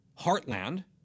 Heartland